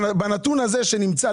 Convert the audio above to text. בנתון הזה שנמצא,